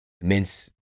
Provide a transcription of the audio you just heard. immense